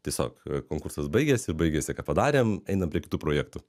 tiesiog konkursas baigėsi baigėsi ką padarėm einam prie kitų projektų